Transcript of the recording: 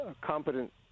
competent